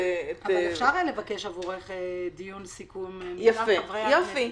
אפשר לבקש עבורך דיון סיכום מטעם חברי הכנסת.